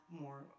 more